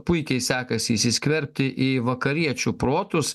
puikiai sekasi įsiskverbti į vakariečių protus